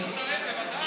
אני מצטרף, בוודאי.